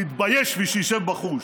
שיתבייש ושישב בחוץ.